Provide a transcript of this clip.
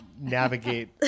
navigate